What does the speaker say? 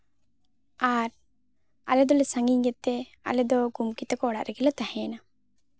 ᱟᱨ ᱟᱞᱮ ᱫᱚᱞᱮ ᱥᱟᱺᱜᱤᱧ ᱜᱮᱛᱮ ᱟᱞᱮ ᱫᱚ ᱜᱚᱢᱠᱮ ᱛᱟᱠᱚ ᱚᱲᱟᱜ ᱨᱮᱜᱮᱞᱮ ᱛᱟᱦᱮᱸᱭ ᱮᱱᱟ